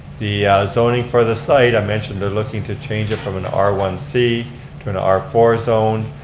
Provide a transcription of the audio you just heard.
the zoning for the site, i mentioned, they're looking to change it from an r one c to an r four zone.